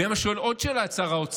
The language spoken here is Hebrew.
ואם הוא היה שואל עוד שאלה את שר האוצר,